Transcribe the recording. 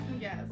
yes